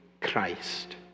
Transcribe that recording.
Christ